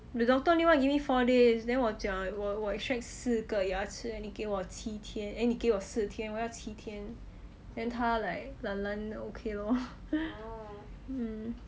the doctor only wanna give me four days then 我讲我我 extract 四个牙齿 eh 你给我七天 eh 你给我四天我要七天 then 他 like okay loh mm